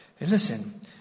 Listen